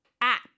App